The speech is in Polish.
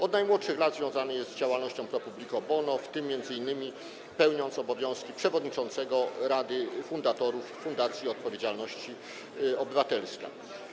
Od najmłodszych lat związany jest z działalnością pro publico bono, w tym m.in. pełniąc obowiązki przewodniczącego Rady Fundatorów Fundacji Odpowiedzialność Obywatelska.